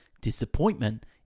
Disappointment